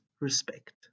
respect